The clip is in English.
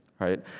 right